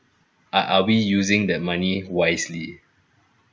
are are we using the money wisely